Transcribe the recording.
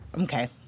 okay